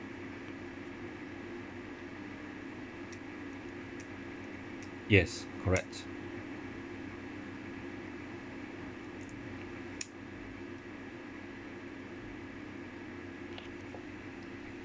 yes correct